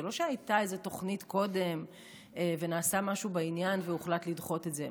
זה לא שהייתה איזו תוכנית קודם ונעשה משהו בעניין והוחלט לדחות את זה.